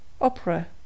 Opera